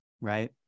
right